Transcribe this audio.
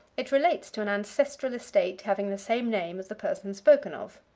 it relates to an ancestral estate having the same name as the person spoken of.